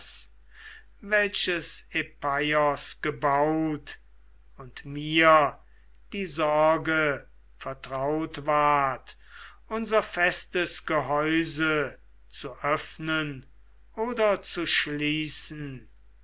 welches epeios gebaut und mir die sorge vertraut ward unser festes gehäuse zu öffnen oder zu schließen